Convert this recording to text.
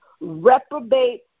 reprobate